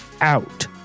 out